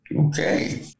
Okay